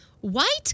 White